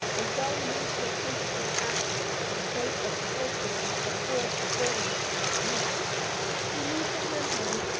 and don't lose your principal actor for the sake of torturing a poor subordinate like me he loosened her hand,